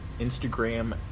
Instagram